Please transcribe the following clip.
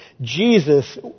Jesus